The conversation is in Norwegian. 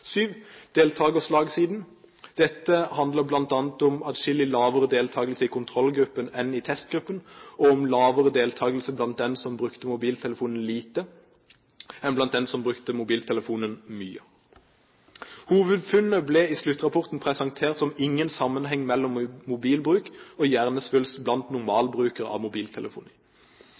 Dette handler bl.a. om atskillig lavere deltakelse i kontrollgruppen enn i testgruppen og om lavere deltakelse blant dem som brukte mobiltelefonen lite enn blant dem som brukte mobiltelefonen mye. Hovedfunnene ble i sluttrapporten presentert som ingen sammenheng mellom mobilbruk og hjernesvulst blant normalbrukere av